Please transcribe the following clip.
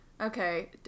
Okay